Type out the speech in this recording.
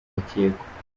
bakekwa